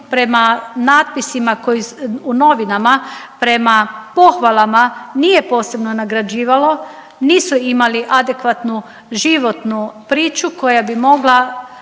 prema natpisima u novinama, prema pohvalama, nije posebno nagrađivalo, nisu imali adekvatnu životnu priču koja bi mogla